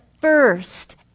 first